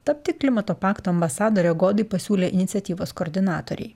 tapti klimato pakto ambasadore godai pasiūlė iniciatyvos koordinatoriai